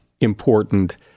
important